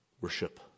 worship